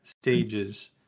stages